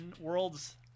world's